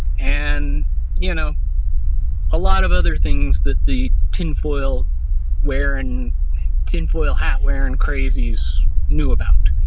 and you know alot of other things, that the tin-foil-hat wearing tin-foil-hat wearing crazies knew about.